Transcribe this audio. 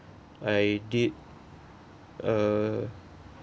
I did uh